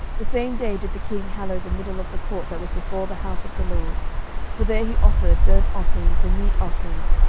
the same day did the king hallow the middle of the court that was before the house of the lord for there he offered burnt offerings, and meat offerings,